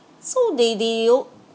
so they they you